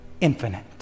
Infinite